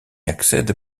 accède